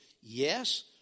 Yes